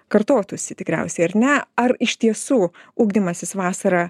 kartotųsi tikriausiai ar ne ar iš tiesų ugdymasis vasarą